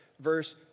Verse